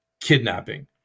kidnapping